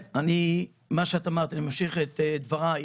אני ממשיך את דברייך.